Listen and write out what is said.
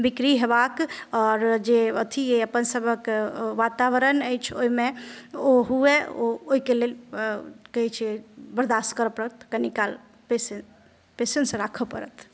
बिक्री हेबाक आओर जे अथी अपन सबहक वातावरण अछि ओइमे ओ हुअए ओइके लेल कहय छै बरदाश्त करय पड़त कनि काल पेसेंश पेसेंश राखऽ पड़त